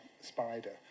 Spider